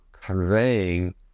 conveying